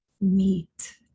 meet